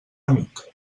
amic